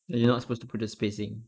you're not supposed to put the spacing